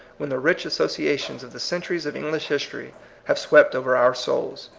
when the rich associations of the centuries of english history have swept over our souls.